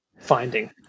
finding